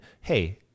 Hey